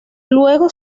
luego